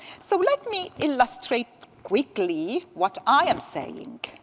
so let me illustrate quickly what i am saying.